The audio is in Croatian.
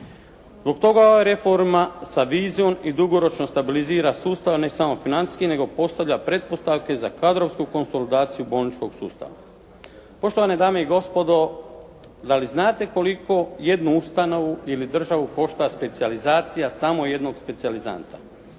Zbog toga je ova reforma sa vizijom i dugoročno stabilizira sustav ne samo financijski, nego postavlja pretpostavke za kadrovsku konsolidaciju bolničkog sustava. Poštovane dame i gospodo, da li znate koliko jednu ustanovu ili državu košta specijalizacija samo jednog specijalizanta?